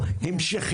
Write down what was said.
זה בושה